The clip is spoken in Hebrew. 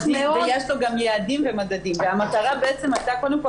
מאוד --- ויש לו גם יעדים ומדדים והמטרה הייתה קודם כל